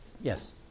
Yes